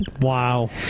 Wow